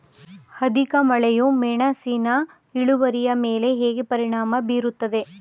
ಅಧಿಕ ಮಳೆಯು ಮೆಣಸಿನ ಇಳುವರಿಯ ಮೇಲೆ ಹೇಗೆ ಪರಿಣಾಮ ಬೀರುತ್ತದೆ?